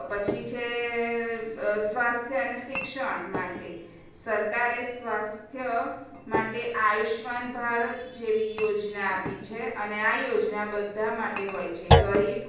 પછી છે સ્વાસ્થ્ય અને શિક્ષણ માટે સરકારે સ્વાસ્થ્ય માટે આયુષ્યમાન ભારત જેવી યોજના આપી છે અને આ યોજના બધા માટે હોય છે ગરીબ